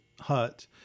hut